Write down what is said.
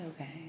okay